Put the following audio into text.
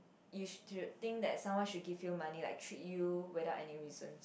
you should think that someone should give you money like treat you without any reason